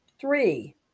Three